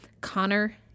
Connor